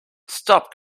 stop